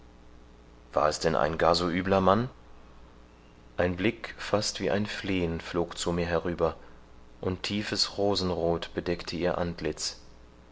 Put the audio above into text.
war es denn ein gar so übler mann ein blick fast wie ein flehen flog zu mir herüber und tiefes rosenroth bedeckte ihr antlitz